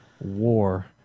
War